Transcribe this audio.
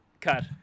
cut